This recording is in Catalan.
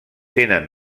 tenen